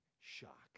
shock